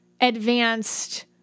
advanced